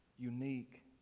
unique